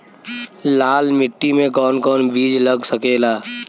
लाल मिट्टी में कौन कौन बीज लग सकेला?